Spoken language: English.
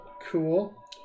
Cool